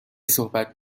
صحبت